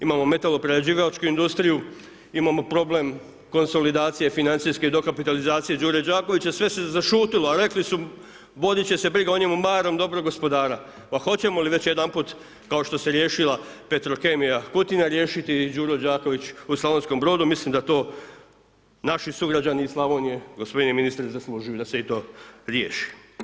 Imamo metalo prerađivačku industriju, imamo problem konsolidacije, financijske, dokapitalizacije Đure Đakovića, sve se zašutilo, a rekli su vodit će se briga o njemu, marom dobrog gospodara, pa hoćemo li već jedanput kao što se riješila Petrokemija Kutina, riješiti i Đuro Đaković u Slavonskom Brodu, mislim da to naši sugrađani iz Slavonije, gospodine ministre, zaslužuju i da se to riješi.